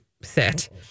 sit